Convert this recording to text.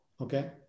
Okay